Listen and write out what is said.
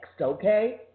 okay